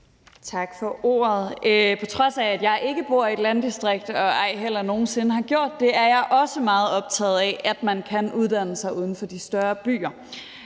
Tak for ordet. På trods af at jeg ikke bor i et landdistrikt og ej heller nogen sinde har gjort det, er jeg også meget optaget af, at man kan uddanne sig uden for de større byer.